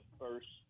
first